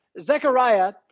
Zechariah